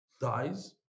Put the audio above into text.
Dies